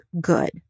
good